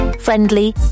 friendly